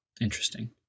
Interesting